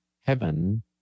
heaven